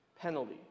penalty